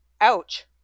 ouch